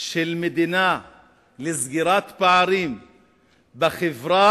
של מדינה לסגירת פערים בחברה